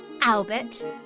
Albert